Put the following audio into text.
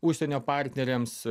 užsienio partneriams